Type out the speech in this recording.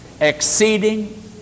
exceeding